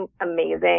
amazing